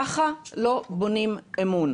ככה לא בונים אמון.